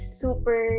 super